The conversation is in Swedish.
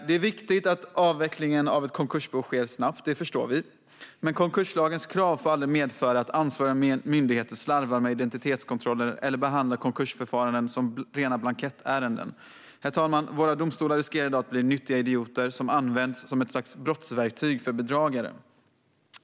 Det är viktigt att avvecklingen av ett konkursbo sker snabbt - det förstår vi - men konkurslagens krav får aldrig medföra att ansvariga myndigheter slarvar med identitetskontroller eller behandlar konkursförfaranden som rena blankettärenden. Herr talman! Våra domstolar riskerar i dag att bli nyttiga idioter som används som ett slags brottsverktyg för bedragare.